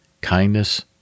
kindness